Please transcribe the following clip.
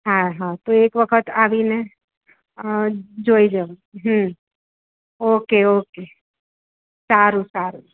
હા હા તો એક વખત આવીને જોઈ જાઉં હં ઓકે ઓકે સારું સારું